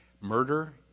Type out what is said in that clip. Murder